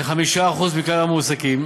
כ-5% מכלל המועסקים,